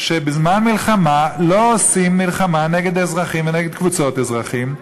שבזמן מלחמה לא עושים מלחמה נגד אזרחים ונגד קבוצות של אזרחים,